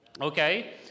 Okay